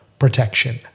protection